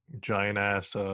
giant-ass